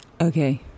Okay